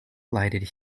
lighted